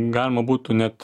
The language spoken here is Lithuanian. galima būtų net